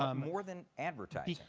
um more than advertising.